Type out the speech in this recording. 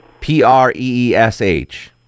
P-R-E-E-S-H